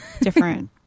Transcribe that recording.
different